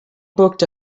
booked